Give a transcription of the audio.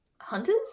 Hunters